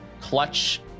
clutch